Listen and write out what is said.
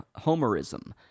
homerism